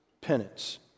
penance